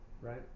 Right